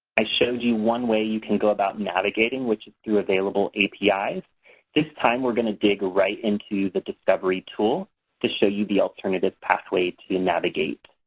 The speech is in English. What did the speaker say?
i showed you one way you can go about navigating which is through available apis. this time we're going to dig right into the discovery tool to show you the alternative pathways to navigate.